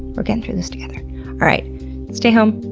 we're getting through this together. all right stay home,